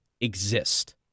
exist